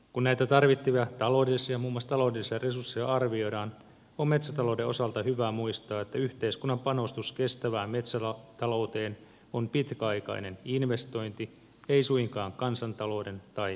kun näitä tarvittavia muun muassa taloudellisia resursseja arvioidaan on metsätalouden osalta hyvä muistaa että yhteiskunnan panostus kestävään metsätalouteen on pitkäaikainen investointi ei suinkaan kansantalouden tai budjetin kulu